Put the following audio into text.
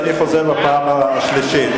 בפעם השלישית.